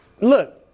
look